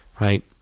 right